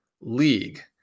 League